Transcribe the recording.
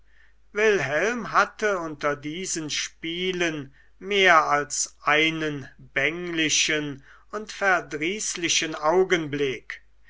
wilhelm hatte unter diesen spielen mehr als einen bänglichen und verdrießlichen augenblick